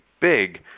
big